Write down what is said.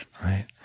Right